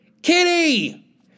Kitty